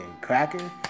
cracker